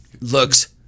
looks